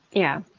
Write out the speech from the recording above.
yeah.